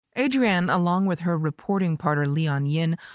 adrian, along with her reporting partner, leon yine,